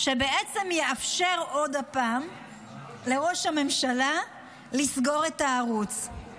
שבעצם יאפשר לראש הממשלה לסגור את הערוץ עוד פעם.